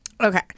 Okay